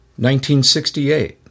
1968